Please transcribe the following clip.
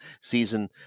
season